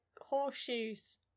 horseshoes